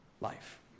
life